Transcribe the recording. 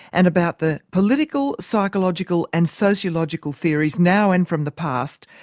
and about the political, psychological and sociological theories, now and from the past,